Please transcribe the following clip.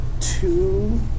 two